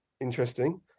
interesting